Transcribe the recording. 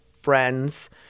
friends